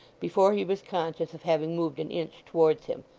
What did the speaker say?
before he was conscious of having moved an inch towards him,